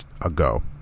ago